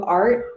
art